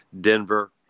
Denver